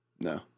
No